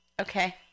Okay